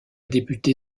députée